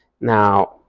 now